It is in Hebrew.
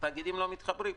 התאגידים לא מתחברים.